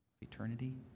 eternity